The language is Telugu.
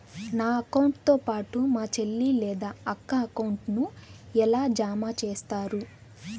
నా అకౌంట్ తో పాటు మా చెల్లి లేదా అక్క అకౌంట్ ను ఎలా జామ సేస్తారు?